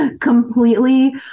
completely